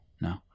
No